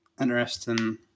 interesting